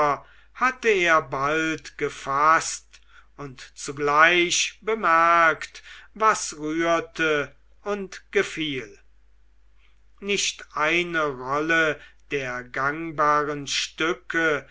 hatte er bald gefaßt und zugleich bemerkt was rührte und gefiel nicht eine rolle der gangbaren stücke